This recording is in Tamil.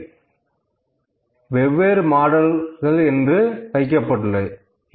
அங்கு வெவ்வேறு மாடல்கள் என்று வைக்கப்பட்டுள்ளது